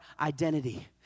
identity